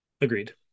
Agreed